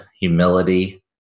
humility